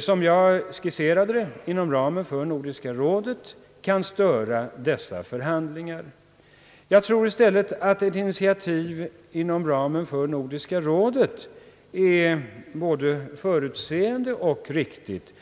som jag skisserade det, inom ramen för Nordiska rådet kan störa dessa förhandlingar? Jag tror i stället att ett initiativ inom ramen för Nordiska rådet är både förutseende och riktigt.